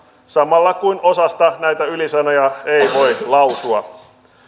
samalla kun osasta näitä ylisanoja ei voi lausua